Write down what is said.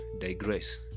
digress